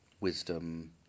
wisdom